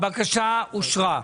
הבקשה אושרה.